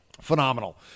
phenomenal